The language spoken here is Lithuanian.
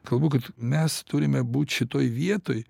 kalbu kad mes turime būt šitoj vietoj